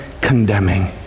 condemning